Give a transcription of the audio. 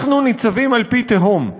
אנחנו ניצבים על פי תהום.